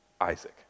Isaac